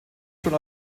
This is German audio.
schon